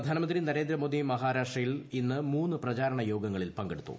പ്രധാനമന്ത്രി നരേന്ദ്രമോദി മഹാരാഷ്ട്രയിൽ ഇന്ന് മൂന്ന് പ്രചാരണ യോഗങ്ങളിൽ പങ്കെടുത്തു